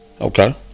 okay